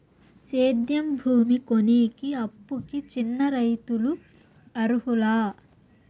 సేద్యం భూమి కొనేకి, అప్పుకి చిన్న రైతులు అర్హులా?